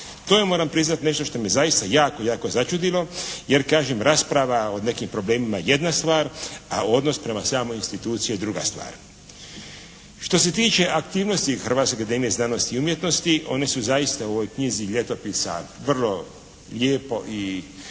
To je moram priznati nešto što me zaista jako, jako začudilo jer kažem rasprava o nekim problemima je jedna stvar a odnos prema samoj instituciji je druga stvar. Što se tiče aktivnosti Hrvatske akademije znanosti i umjetnosti one su zaista u ovoj knjizi ljetopisa vrlo lijepo i